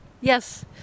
Yes